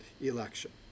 election